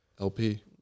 LP